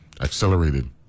accelerated